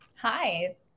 hi